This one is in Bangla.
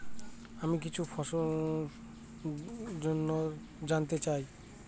আমি কিছু ফসল জন্য জানতে চাই